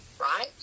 right